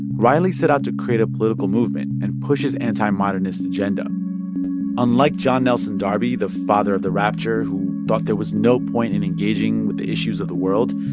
riley set out to create a political movement and push his anti-modernist agenda unlike john nelson darby, the father of the rapture who thought there was no point in engaging with the issues of the world,